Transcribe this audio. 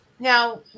Now